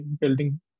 building